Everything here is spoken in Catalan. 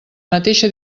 mateixa